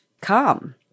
come